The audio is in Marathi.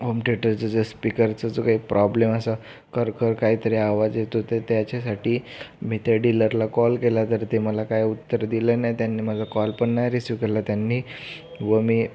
होम थेटरचं जसं स्पीकरचं जो काई प्रॉब्लेम असा कर कर काहीतरी आवाज येतो तर त्याच्यासाठी मी त्या डीलरला कॉल केला तर ते मला काय उत्तर दिलं नाही त्यांनी माझा कॉल पण नाही रिसिव्ह केला त्यांनी व मी